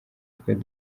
twari